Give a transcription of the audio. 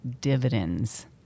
dividends